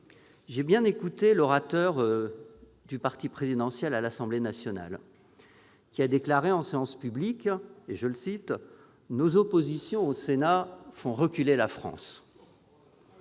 J'ai bien écouté l'orateur du parti présidentiel à l'Assemblée nationale. Il a déclaré en séance publique :« Nos oppositions au Sénat font reculer la France ».